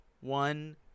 One